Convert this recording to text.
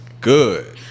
good